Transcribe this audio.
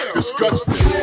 disgusting